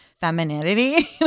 femininity